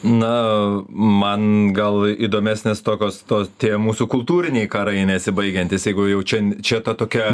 na man gal įdomesnės tokios tos tie mūsų kultūriniai karai nesibaigiantys jeigu jau čia čia ta tokia